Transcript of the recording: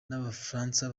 n’abafaransa